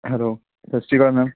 hello ਸਤਿ ਸ਼੍ਰੀ ਅਕਾਲ ਮੈਮ